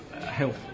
help